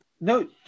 no